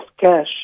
cash